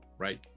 Right